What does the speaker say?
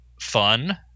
fun